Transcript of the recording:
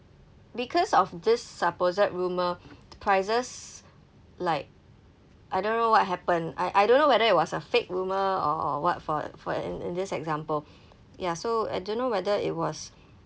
because of this supposed rumour prices like I don't know what happened I I don't know whether it was a fake rumour or what for for in in this example ya so I don't know whether it was